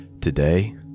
today